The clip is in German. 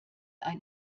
ein